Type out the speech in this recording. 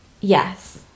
Yes